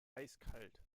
eiskalt